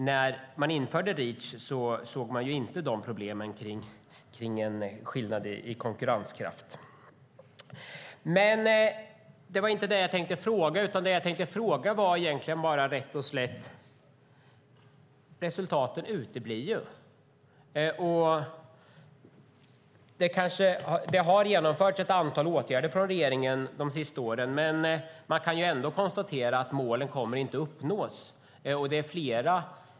När man införde Reach såg man inte problemen med en skillnad i konkurrenskraft. Det var egentligen inte det jag ville ta upp utan rätt och slätt att resultaten uteblir. Det har genomförts ett antal åtgärder från regeringen de senaste åren, men man kan ändå konstatera att målen inte kommer att uppnås.